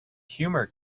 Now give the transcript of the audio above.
humor